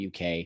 uk